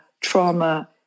trauma